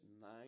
nine